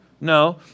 No